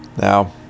Now